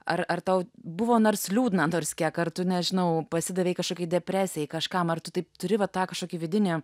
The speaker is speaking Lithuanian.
ar ar tau buvo nors liūdna nors kiek ar tu nežinau pasidavei kažkokiai depresijai kažkam ar tu taip turi va tą kažkokį vidinį